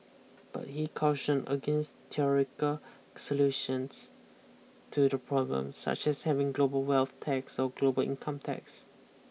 but he cautioned against theoretical solutions to the problem such as having a global wealth tax or global income tax